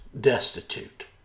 destitute